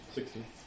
Sixteen